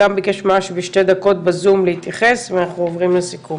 גם ביקש ממש בשתי דקות בזום להתייחס ואנחנו עוברים לסיכום.